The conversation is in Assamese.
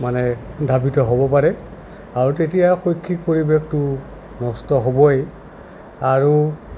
মানে ধাবিত হ'ব পাৰে আৰু তেতিয়া শৈক্ষিক পৰিৱেশটো নষ্ট হ'বই আৰু